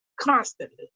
constantly